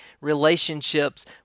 relationships